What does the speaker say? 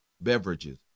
beverages